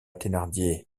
thénardier